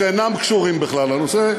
שאינם קשורים בכלל לנושא,